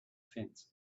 fence